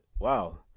wow